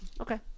Okay